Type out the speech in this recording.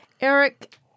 Eric